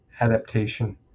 adaptation